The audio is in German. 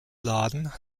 laden